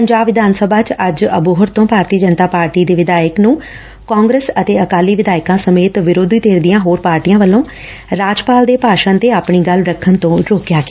ਪੰਜਾਬ ਵਿਧਾਨ ਸਭਾ ਚ ਅੱਜ ਅਬੋਹਰ ਤੋ ਭਾਰਤੀ ਜਨਤਾ ਪਾਰਟੀ ਦੇ ਵਿਧਾਇਕ ਨੂੰ ਕਾਂਗਰਸ ਅਤੇ ਅਕਾਲੀ ਵਿਧਾਇਕਾਂ ਸਮੇਤ ਵਿਰੋਧੀ ਧਿਰ ਦੀਆਂ ਹੋਰ ਪਾਰਟੀਆਂ ਵੱਲੋਂ ਰਾਜਪਾਲ ਦੇ ਭਾਸ਼ਣ ਤੇ ਆਪਣੀ ਗੱਲ ਰੱਖਣ ਤੋਂ ਰੋਕਿਆ ਗਿਆ